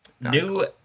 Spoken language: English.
new